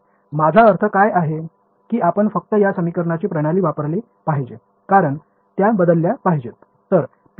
माझा अर्थ काय आहे की आपण फक्त या समीकरणांची प्रणाली वापरली पाहिजे कारण त्या बदलल्या पाहिजेत